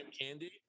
Candy